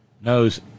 knows